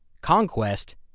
conquest